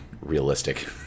realistic